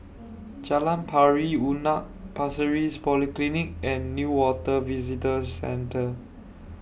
Jalan Pari Unak Pasir Ris Polyclinic and Newater Visitor Centre